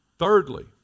Thirdly